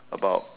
about